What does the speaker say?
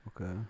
Okay